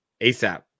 ASAP